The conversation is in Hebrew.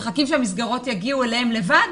מחכים שהמסגרות יגיעו אליהם לבד?